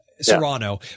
Serrano